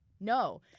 No